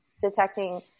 detecting